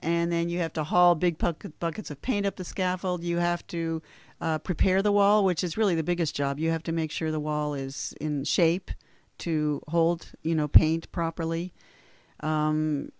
and then you have to haul big buckets of paint up the scaffold you have to prepare the wall which is really the biggest job you have to make sure the wall is in shape to hold you know paint properly